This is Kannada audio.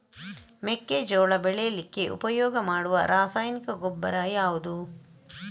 ಮೆಕ್ಕೆಜೋಳ ಬೆಳೀಲಿಕ್ಕೆ ಉಪಯೋಗ ಮಾಡುವ ರಾಸಾಯನಿಕ ಗೊಬ್ಬರ ಯಾವುದು?